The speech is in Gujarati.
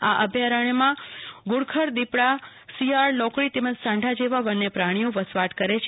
આ અભયારણ્યમાં ઘુડખર દીપડા શિયાળ લોંકડી તેમજ સાંઢા વગેરે જેવા વન્ય પ્રાણીઓ વસવાટ કરે છે